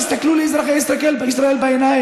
תסתכלו לאזרחי ישראל בעיניים.